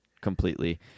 completely